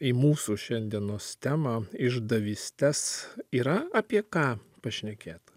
į mūsų šiandienos temą išdavystes yra apie ką pašnekėt